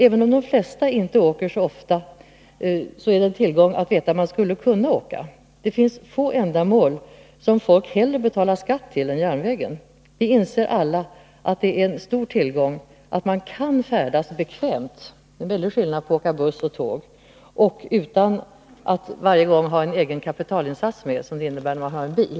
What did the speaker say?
Även om de flesta inte åker så ofta är det en tillgång att veta att man skulle kunna åka. Det finns få ändamål som folk hellre betalar skatt till än järnvägen. Vi inser alla att det är en stor tillgång att man kan färdas bekvämt — det är en väldig skillnad mellan att åka buss och att åka tåg — utan att varje gång ha en egen kapitalinsats med, som det ju innebär att ha en bil.